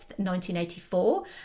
1984